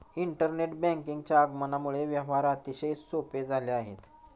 internet बँकिंगच्या आगमनामुळे व्यवहार अतिशय सोपे झाले आहेत